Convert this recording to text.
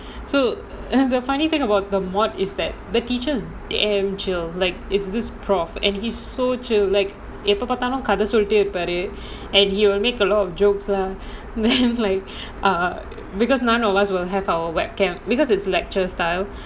so and the funny thing about the module is that the teachers damn chill like is this professor and he's so chill like எப்போ பார்த்தாலும் கத சொல்லிட்டே இருப்பாரு:eppo paarthaalum katha sollittae iruppaaru and he will make a lot of jokes lah because none of us will have our webcam because it's lecture style